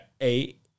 eight